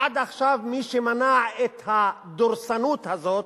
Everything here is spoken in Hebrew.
עד עכשיו מי שמנע את הדורסנות הזאת